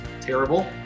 terrible